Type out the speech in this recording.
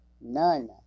None